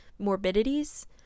morbidities